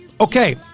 Okay